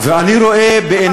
אז בוא, ככה,